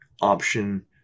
option